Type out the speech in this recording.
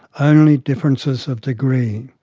only differences of degree.